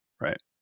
right